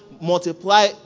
multiply